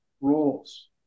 roles